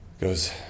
goes